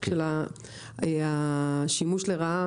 השימוש לרעה,